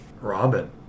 Robin